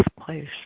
place